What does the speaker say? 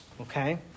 okay